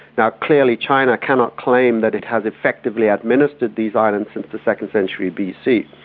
now, clearly china cannot claim that it has effectively administered these islands since the second century bc,